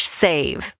save